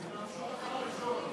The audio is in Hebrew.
גברתי היושבת-ראש,